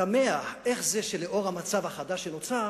תמה איך זה, לאור המצב החדש שנוצר,